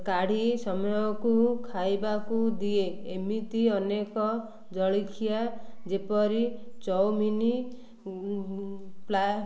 କାଢ଼ି ସମୟକୁ ଖାଇବାକୁ ଦିଏ ଏମିତି ଅନେକ ଜଳିଖିଆ ଯେପରି ଚଉମିନି ପ୍ଲା